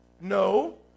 No